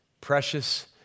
Precious